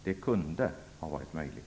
Det kunde ha varit möjligt.